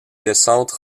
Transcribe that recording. descente